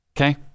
Okay